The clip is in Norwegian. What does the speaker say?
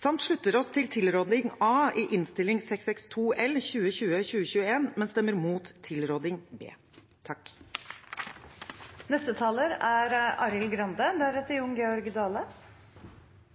samt slutter oss til tilråding A i Innst. 662 L for 2020–2021, men stemmer imot tilråding B.